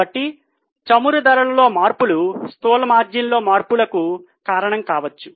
కాబట్టి చమురు ధరలలో మార్పులు స్థూల మార్జిన్లో మార్పులకు కారణం కావచ్చు